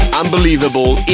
unbelievable